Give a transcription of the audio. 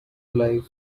alive